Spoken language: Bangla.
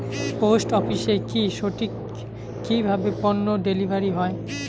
পোস্ট অফিসে কি সঠিক কিভাবে পন্য ডেলিভারি হয়?